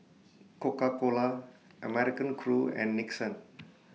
Coca Cola American Crew and Nixon